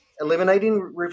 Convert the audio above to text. eliminating